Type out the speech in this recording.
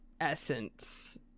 essence